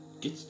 get